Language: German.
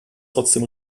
trotzdem